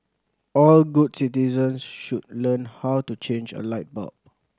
all good citizens should learn how to change a light bulb